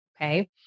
Okay